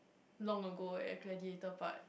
long ago eh Gladiator part